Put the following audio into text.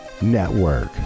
network